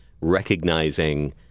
recognizing